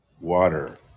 water